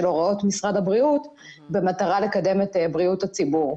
הוראות משרד הבריאות במטרה לקדם את בריאות הציבור.